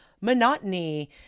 monotony